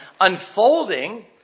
unfolding